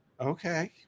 Okay